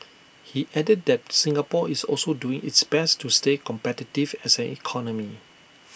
he added that Singapore is also doing its best to stay competitive as an economy